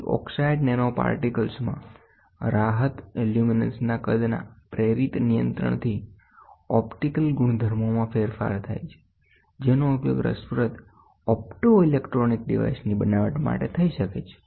પછી ઓક્સાઇડ નેનોપાર્ટિકલ્સમાં રાહત લ્યુમિનેસનેસના કદના પ્રેરિત નિયંત્રણથી ઓપ્ટિકલ ગુણધર્મોમાં ફેરફાર થાય છે જેનો ઉપયોગ રસપ્રદ ઓપ્ટોઇલેક્ટ્રોનિક ડિવાઇસીસની બનાવટ માટે થઈ શકે છે